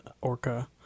Orca